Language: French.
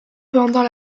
pendant